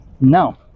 no